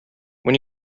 when